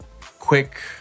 quick